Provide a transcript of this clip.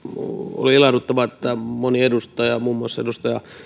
oli ilahduttavaa että moni edustaja muun muassa edustaja